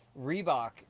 Reebok